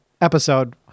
episode